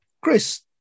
chris